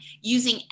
using